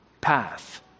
path